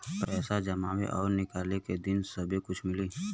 पैसा जमावे और निकाले के दिन सब्बे कुछ मिली